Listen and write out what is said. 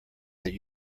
that